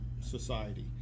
society